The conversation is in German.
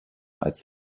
als